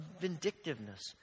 vindictiveness